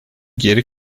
geri